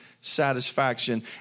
satisfaction